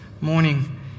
morning